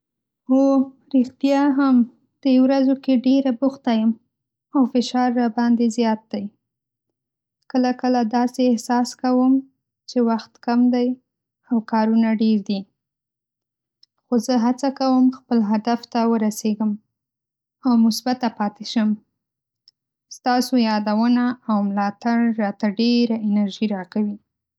هو، رښتیا هم، دې ورځو کې ډېره بوخته یم او فشار راباندې زیات دی. کله کله داسې احساس کوم چې وخت کم دی او کارونه ډېر دي. خو زه هڅه کوم خپل هدف ته ورسېږم او مثبته پاتې شم. ستاسو یادونه او ملاتړ راته ډېره انرژي راکوي.